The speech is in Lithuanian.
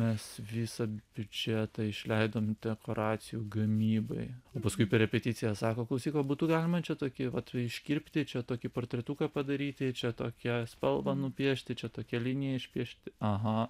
mes visą biudžetą išleidom dekoracijų gamybai o paskui per repeticiją sako klausyk o būtų čia tokį vat iškirpti čia tokį portretuką padaryti čia tokia spalvą nupiešti čia tokią liniją išpiešti aha